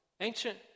ancient